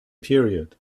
period